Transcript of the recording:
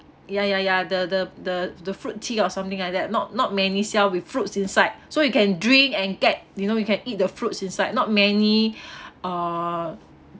ya ya ya the the the the fruit tea or something like that not not many sell with fruits inside so you can drink and get you know you can eat the fruits inside not many uh